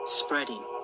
spreading